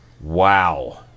Wow